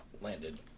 landed